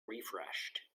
refreshed